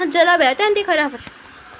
ଜଲାବାୟୁ ତ ଏମତି ଖରାପ ଅଛି